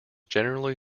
generally